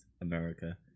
America